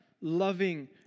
loving